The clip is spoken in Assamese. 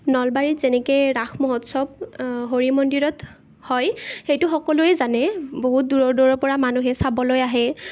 নলবাৰীত যেনেকে ৰাস মহোৎসৱ হৰি মন্দিৰত হয় সেইটো সকলোৱে জানে বহুত দূৰৰ দূৰৰ পৰা মানুহে চাবলৈ আহে